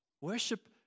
Worship